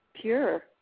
pure